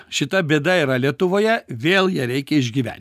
šita bėda yra lietuvoje vėl ją reikia išgyven